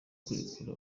kurekura